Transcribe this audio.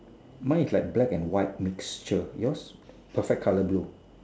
mine is black and white mixture yours perfect colour blue